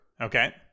Okay